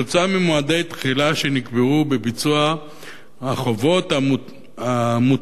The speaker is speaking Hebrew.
עקב מועדי התחילה שנקבעו, ביצוע החובות המוטלות